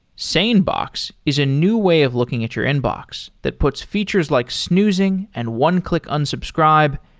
sanebox is a new way of looking at your inbox that puts features like snoozing, and one-click unsubscribe,